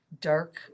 dark